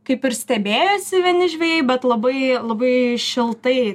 kaip ir stebėjosi vieni žvejai bet labai labai šiltai